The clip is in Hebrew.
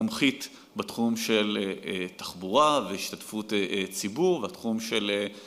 מומכית בתחום של תחבורה והשתתפות ציבור והתחום של